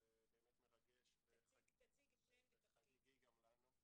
זה באמת מרגש וחגיגי גם לנו.